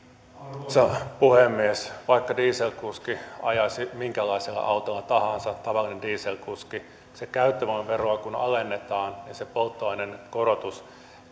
arvoisa puhemies vaikka dieselkuski ajaisi minkälaisella autolla tahansa tavallinen dieselkuski kun sitä käyttövoimaveroa alennetaan ja on polttoaineen korotus